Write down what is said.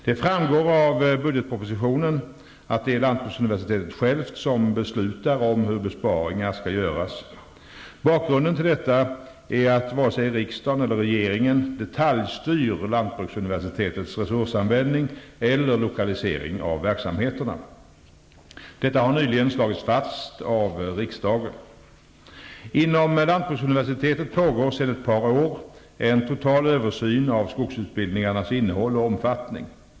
Det framgår av budgetpropositionen att det är Lantbruksuniversitetet självt som beslutar om hur besparingar skall göras. Bakgrunden till detta är att varken riksdagen eller regeringen detaljstyr Lantbruksuniversitetets resursanvändning eller lokaliseringen av verksamheterna. Detta har nyligen slagits fast av riksdagen. Inom Lantbruksuniversitetet pågår sedan ett par år en total översyn av skogsutbildningarnas innehåll och omfattning.